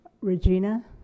Regina